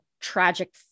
tragic